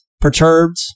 perturbed